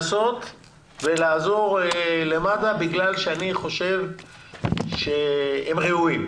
לנסות לעזור למד"א בגלל שאני חושב שהם ראויים.